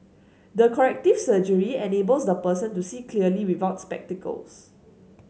the corrective surgery enables the person to see clearly without spectacles